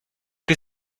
che